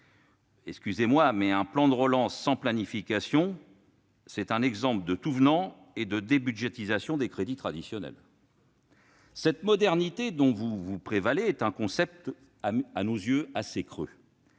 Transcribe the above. un plan de relance sans planification est synonyme de tout-venant et de débudgétisation des crédits traditionnels ... Cette modernité dont vous vous prévalez est, à nos yeux, un concept assez creux.